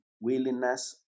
willingness